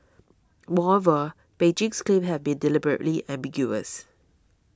moreover Beijing's claims have been deliberately ambiguous